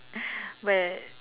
where